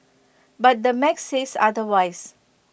but the math says otherwise